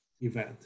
event